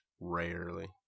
Rarely